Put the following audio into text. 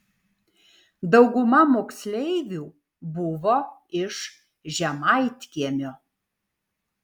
dauguma moksleivių buvo iš žemaitkiemio